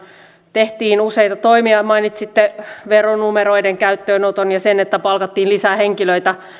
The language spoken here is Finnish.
tehtiin useita toimia mainitsitte veronumeroiden käyttöönoton ja sen että palkattiin lisää henkilöitä